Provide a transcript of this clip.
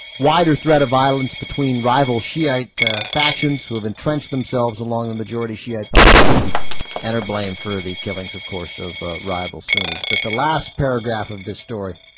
wider threat of violence between rival shiite ah factions within trent's themselves along the majority shiite population and are blamed for ah the killings of course of ah rival sunysb at the last paragraph of the story